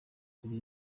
turi